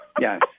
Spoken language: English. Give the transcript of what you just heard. Yes